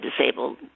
disabled